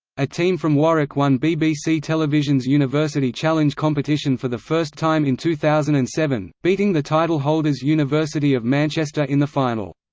a team from warwick won bbc television's university challenge competition for the first time in two thousand and seven, beating the title-holders university of manchester in the final.